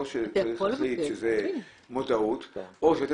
גם אחרי דקה של שיחה יכולתי להרגיש דקירות מאוד חזקות באזור שבו